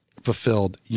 fulfilled